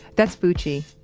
that's bucci.